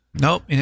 Nope